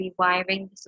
rewiring